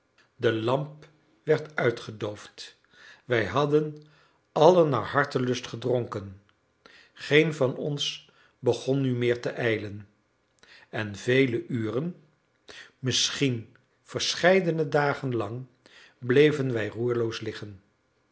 de lamp werd uitgedoofd wij hadden allen naar hartelust gedronken geen van ons begon nu meer te ijlen en vele uren misschien verscheidene dagen lang bleven wij roerloos liggen